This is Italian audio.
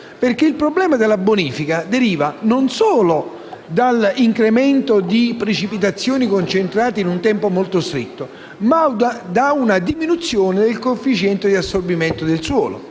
perché il problema della bonifica deriva non solo dall’incremento di precipitazioni concentrate in un tempo molto stretto, ma anche da una diminuzione del coefficiente di assorbimento del suolo.